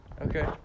Okay